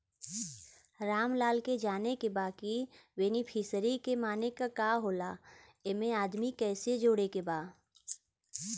रामलाल के जाने के बा की बेनिफिसरी के माने का का होए ला एमे आदमी कैसे जोड़े के बा?